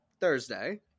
Thursday